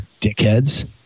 Dickheads